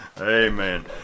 Amen